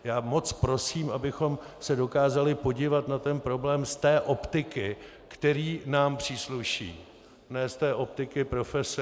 Já moc prosím, abychom se dokázali podívat na ten problém z té optiky, která nám přísluší, ne z té optiky profese.